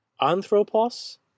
Anthropos